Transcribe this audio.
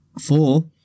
Four